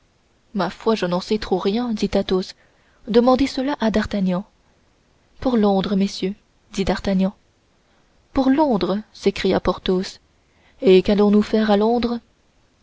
ma foi je n'en sais trop rien dit athos demande cela à d'artagnan pour londres messieurs dit d'artagnan pour londres s'écria porthos et qu'allons-nous faire à londres